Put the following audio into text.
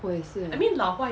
我也是 leh